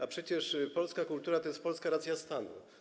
A przecież polska kultura to jest polska racja stanu.